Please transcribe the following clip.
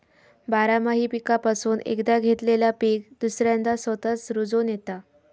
बारमाही पीकापासून एकदा घेतलेला पीक दुसऱ्यांदा स्वतःच रूजोन येता